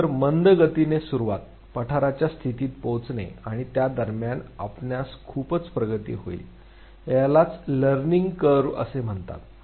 तर मंद गतीने सुरुवात पठाराच्या स्थितीत पोहोचणे आणि त्यादरम्यान आपणास खूपच प्रगती होईल त्यालाच लर्निंग वक्र असे म्हणतात